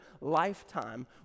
lifetime